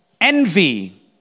Envy